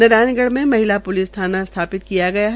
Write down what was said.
नारायणगढ़ में महिला प्लिस थाना स्थापित किया गया है